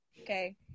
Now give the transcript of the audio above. Okay